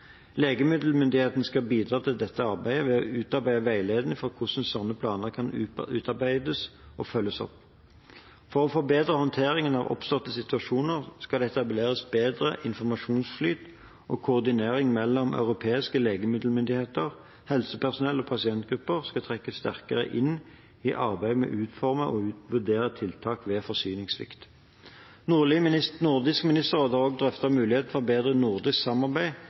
skal bidra i dette arbeidet ved å utarbeide veiledning til hvordan slike planer skal utarbeides og følges opp. For å forbedre håndteringen av oppståtte situasjoner skal det etableres bedre informasjonsflyt og koordinering mellom de europeiske legemiddelmyndighetene, og helsepersonell- og pasientgrupper skal trekkes sterkere inn i arbeidet med å utforme og vurdere tiltak ved forsyningssvikt. Nordisk ministerråd har også løftet muligheten for bedre nordisk samarbeid